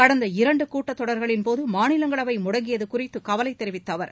கடந்த இரண்டு கூட்டத் தொடர்களின்போது மாநிலங்களவை முடங்கியது குறித்து கவலை தெரிவித்த அவர்